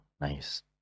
Nice